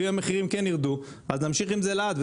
ואם המחירים ירדו אז נמשיך עם זה לעד.